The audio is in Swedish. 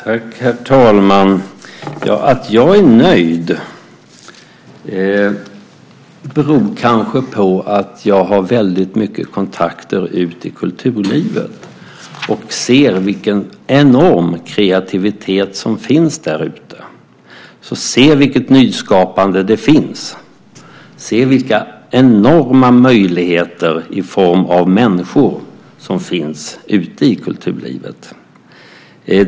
Herr talman! Att jag är nöjd beror kanske på att jag har väldigt mycket kontakter ute i kulturlivet och ser vilken enorm kreativitet som finns där ute, ser vilket nyskapande som finns, ser vilka enorma möjligheter i form av människor som finns ute i kulturlivet.